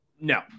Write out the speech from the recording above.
No